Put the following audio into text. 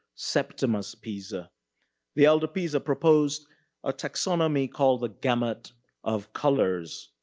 septimus piesse. ah the elder piesse proposed a taxonomy called the gamut of colors.